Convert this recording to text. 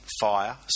fire